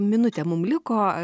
minutė mum liko